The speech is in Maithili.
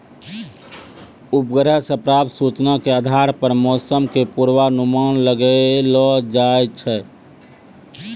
उपग्रह सॅ प्राप्त सूचना के आधार पर मौसम के पूर्वानुमान लगैलो जाय छै